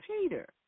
Peter